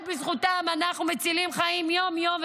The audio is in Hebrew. רק בזכותם אנחנו מצילים חיים יום-יום,